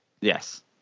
Yes